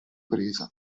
presa